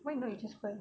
why not you just buy